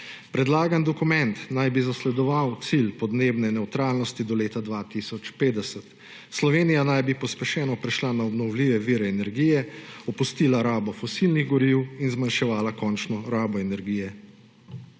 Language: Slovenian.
Predlagani dokument naj bi zasledoval cilj podnebne nevtralnosti do leta 2050. Slovenija naj bi pospešeno prešla na obnovljive vire energije, opustila rabo fosilnih goriv in zmanjševala končno rabo energije.